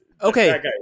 Okay